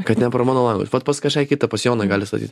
kad ne pro mano langus vat pas kažką kitą pas joną gali statyt